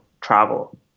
travel